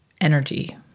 energy